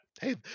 Hey